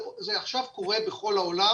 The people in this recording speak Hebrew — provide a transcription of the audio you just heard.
אלא זה קורה עכשיו בכל העולם